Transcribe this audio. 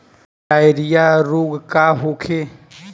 Diarrhoea रोग का होखे?